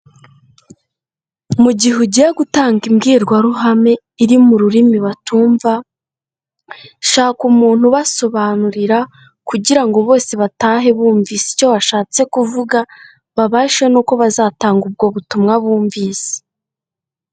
Mu gihe ugiye gutanga imbwirwaruhame iri mu rurimi batumva, shaka umuntu ubasobanurira kugira ngo bose batahe bumvise icyo washatse kuvuga, babashe nuko bazatanga ubwo butumwa bumvise.